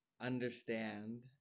understand